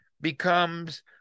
becomes